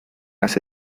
las